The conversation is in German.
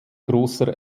großer